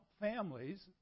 families